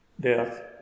Death